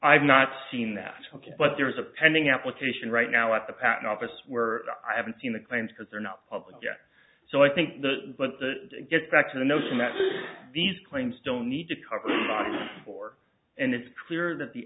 i've not seen that but there is a pending application right now at the patent office where i haven't seen the claims because they're not public yet so i think the but the get back to the notion that these claims don't need to cover for and it's clear that the